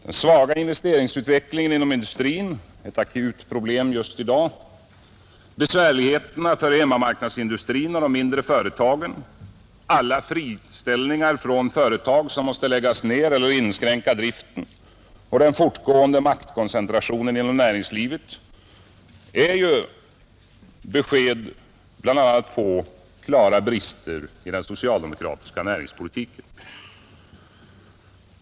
Den svaga investeringsverksamheten inom industrin — ett akut problem just i dag —, svårigheterna för hemmamarknadsindustrin och de mindre företagen, alla friställningar från företag som måste läggas ned eller inskränka driften och den fortgående maktkoncentrationen inom näringslivet är bl.a. besked om klara brister i den socialdemokratiska näringspolitiken.